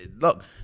Look